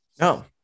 No